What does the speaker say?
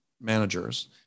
managers